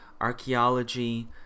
archaeology